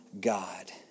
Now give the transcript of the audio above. God